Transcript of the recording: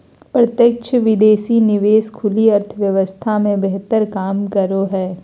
प्रत्यक्ष विदेशी निवेश खुली अर्थव्यवस्था मे बेहतर काम करो हय